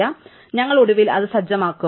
അതിനാൽ ഞങ്ങൾ ഒടുവിൽ അത് സജ്ജമാക്കും